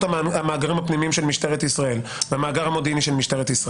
המאגרים הפנימיים של משטרת ישראל והמאגר המודיעיני של משטרת ישראל,